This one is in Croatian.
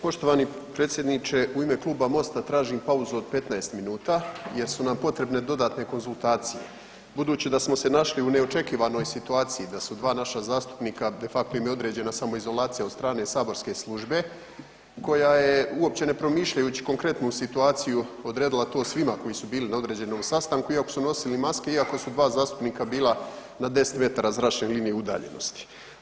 Poštovani predsjedniče u ime Kluba MOSTA-a tražim pauzu od 15 minuta jer su nam potrebne dodatne konzultacije budući da smo se našli u neočekivanoj situaciji, da su 2 naša zastupnika defacto ima je određena samoizolacija od strane saborske službe koja je uopće ne promišljajući konkretnu situaciju odredila to svima koji su bili na određenom sastanku iako su nosili maske, iako su 2 zastupnika bila na 10 metara zračne linije udaljenosti.